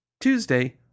Tuesday